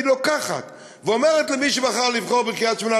היא לוקחת ואומרת למי שבחר לחיות בקריית-שמונה,